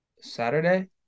saturday